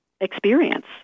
experience